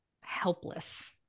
helpless